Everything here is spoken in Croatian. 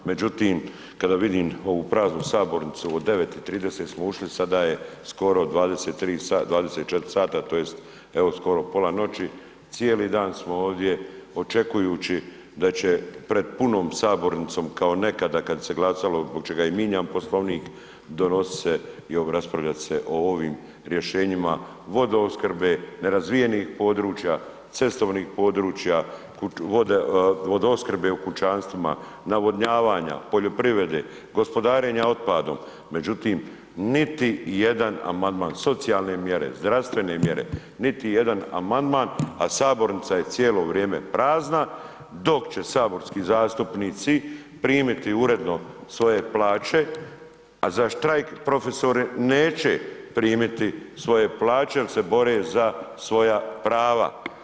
Međutim kada vidim ovu praznu sabornicu, od 9 i 30 smo ušli, sada je skoro 23, 24 sata tj. evo skoro pola noći, cijeli dan smo ovdje očekujući da će pred punom sabornicom kao nekada kad se glasalo zbog čega je i mijenjan Poslovnik, donosit se i raspravljat se o ovim rješenjima, vodoopskrbe, nerazvijenih područja, cestovnih područja, vodoopskrbe u kućanstvima, navodnjavanja, poljoprivrede, gospodarenja otpadom, međutim niti jedan amandman, socijalne mjere, zdravstvene mjere, niti jedan amandman a sabornica je cijelo vrijeme prazna dok će saborski zastupnici primiti uredno svoje plaće a za štrajk profesori neće primiti svoje plaće jer se bore za svoja prava.